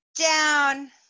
down